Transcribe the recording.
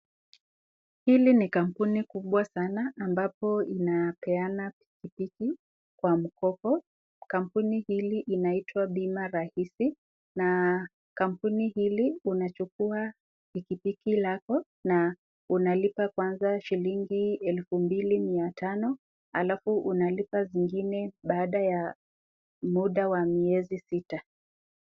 Hili ni kampuni kubwa sana ambapo inapeana pikipiki kwa mkopo, kampuni hili inaitwa pima rahisi na kampuni hili unajukua pikipiki lako na unalipa kwanza shilingi elfu mbili mia tano alafu unalipa zingine baada ya muda ya miezi sita.